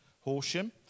Horsham